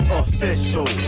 official